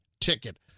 ticket